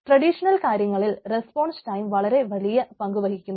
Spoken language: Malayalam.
ട്രഡീഷണൽ കാര്യങ്ങളിൽ റസ്പോൺസ് ടൈം വളരെ വലിയ പങ്കുവഹിക്കുന്നു